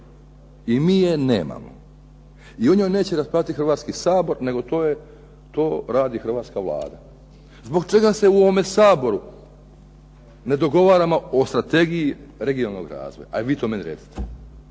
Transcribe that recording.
I mi je nemamo i o njoj neće raspravljati Hrvatski sabor nego to radi hrvatska Vlada. Zbog čega se u ovom Saboru ne dogovaramo o strategiji regionalnog razvoja? Ajde vi meni to recite.